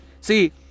see